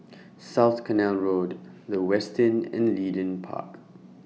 South Canal Road The Westin and Leedon Park